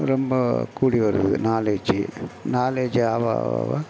ரொம்ப கூடி வருது நாலேஜி நாலேஜி ஆக ஆக